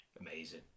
amazing